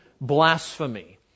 blasphemy